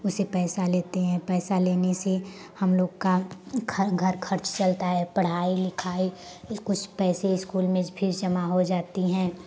उसे पैसा लेते हैं पैसा लेने से हम लोग का घर घर खर्च चलता है पढ़ाई लिखाई इस कुछ पैसे इस्कूल में फीस जमा हो जाती है